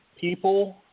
people